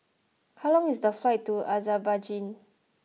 how long is the flight to Azerbaijan